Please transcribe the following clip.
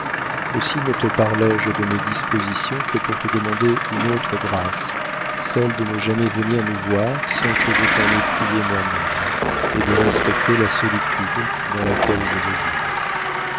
aussi ne te parlé je de mes dispositions que pour te demander une autre grâce celle de ne jamais venir nous voir sans que je t'en aie priée moi-même et de respecter la solitude dans laquelle je veux vivre